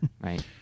right